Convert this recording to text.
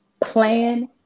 plan